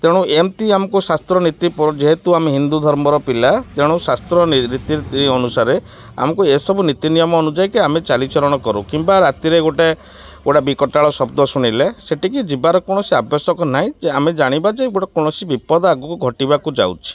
ତେଣୁ ଏମିତି ଆମକୁ ଶାସ୍ତ୍ର ନୀତି ଯେହେତୁ ଆମେ ହିନ୍ଦୁ ଧର୍ମର ପିଲା ତେଣୁ ଶାସ୍ତ୍ର ରୀତିନୀତି ଅନୁସାରରେ ଆମକୁ ଏସବୁ ନୀତିନିୟମ ଅନୁଯାୟୀକି ଆମେ ଚାଲିଚଳନ କରୁ କିମ୍ବା ରାତିରେ ଗୋଟେ ଗୋଟେ ବିକଟାଳ ଶବ୍ଦ ଶୁଣିଲେ ସେଠିକି ଯିବାର କୌଣସି ଆବଶ୍ୟକ ନାହିଁ ଯେ ଆମେ ଜାଣିବା ଯେ ଗୋଟେ କୌଣସି ବିପଦ ଆଗକୁ ଘଟିବାକୁ ଯାଉଛି